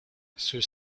ceux